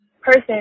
person